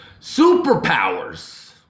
Superpowers